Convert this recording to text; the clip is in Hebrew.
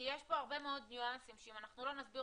כי יש פה הרבה מאוד ניואנסים שאם אנחנו לא נסביר